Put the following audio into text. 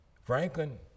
Franklin